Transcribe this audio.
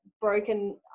broken